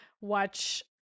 watch